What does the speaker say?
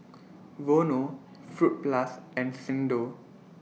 Vono Fruit Plus and Xndo